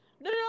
no